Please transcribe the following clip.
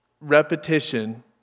repetition